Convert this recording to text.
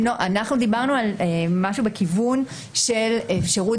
אנחנו דיברנו על משהו בכיוון של אפשרות